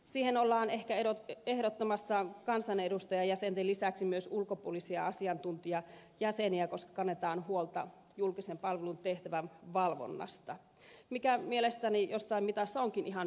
siihen ollaan ehkä ehdottamassa kansanedustajajäsenten lisäksi myös ulkopuolisia asiantuntijajäseniä koska kannetaan huolta julkisen palvelun tehtävän valvonnasta mikä mielestäni jossain mitassa onkin ihan hyväksyttävä asia